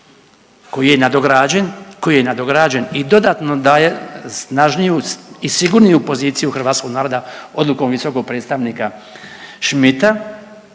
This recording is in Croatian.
koji je nadograđen i dodatno daje snažniju i sigurniju poziciju hrvatskog naroda odlukom visokog predstavnika Schmidta